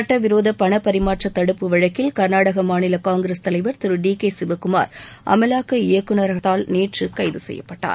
சுட்டவிரோத பணபரிமாற்ற தடுப்பு வழக்கில் கா்நாடக மாநில காங்கிரஸ் மூத்தத் தலைவர் திரு டி கே சிவக்குமார் அமலாக்க இயக்குநரகத்தால் நேற்று கைது செய்யப்பட்டார்